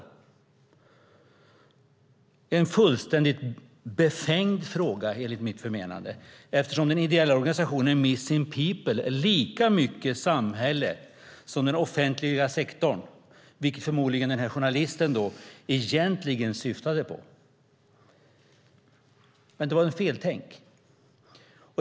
Det är en fullständigt befängd fråga, enligt mitt förmenande, eftersom den ideella organisationen Missing People är lika mycket samhälle som den offentliga sektorn, som journalisten förmodligen syftade på. Men det var ett feltänk.